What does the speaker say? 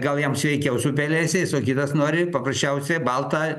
gal jam sveikiau su pelėsiais o kitas nori paprasčiausia baltą